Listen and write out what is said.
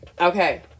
Okay